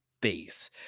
base